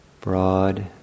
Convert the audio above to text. broad